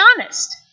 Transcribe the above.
honest